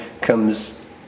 comes